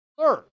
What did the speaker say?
Third